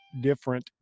different